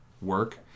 work